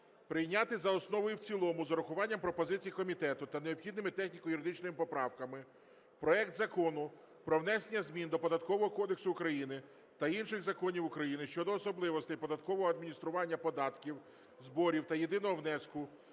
прийняти за основу і в цілому з урахуванням пропозицій комітету та необхідними техніко-юридичними поправками проект Закону про внесення змін до Податкового кодексу України та інших законів України щодо особливостей податкового адміністрування податків, зборів та єдиного внеску